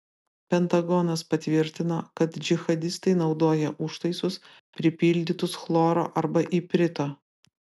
pentagonas patvirtino kad džihadistai naudoja užtaisus pripildytus chloro arba iprito